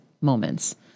moments